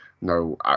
no